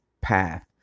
path